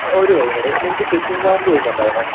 ആ ഒരു കാര്യം കൂടി നിങ്ങൾക്ക് ചെക്കിങ് വാറൻറ്റി വരുന്നുണ്ടായിരുന്നോ